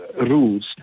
rules